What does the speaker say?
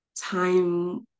time